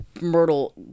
Myrtle